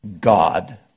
God